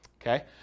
okay